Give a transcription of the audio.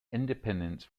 independence